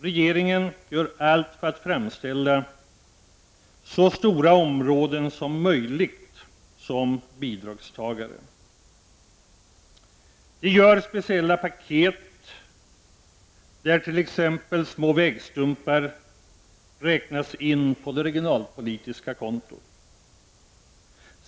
Regeringen gör allt för att framställa så stora områden som möjligt som bidragstagare. Den gör speciella paket där t.ex. små vägstumpar räknas in i det regionalpolitiska kontot.